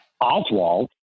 Oswald